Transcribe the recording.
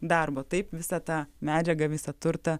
darbo taip visą tą medžiagą visą turtą